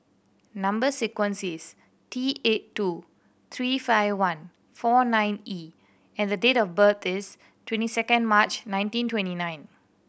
number sequence is T eight two three five one four nine E and the date of birth is twenty second March nineteen twenty nine